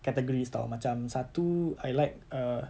categories tahu macam satu I like err